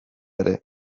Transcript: ere